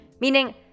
meaning